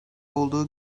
olduğu